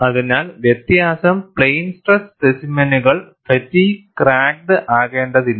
അതിനാൽ വ്യത്യാസം plain stress സ്പെസിമെനുകൾ ഫാറ്റിഗ് ക്രാക്ക്ഡ് ആക്കേണ്ടതില്ല